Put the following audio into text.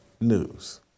news